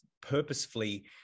purposefully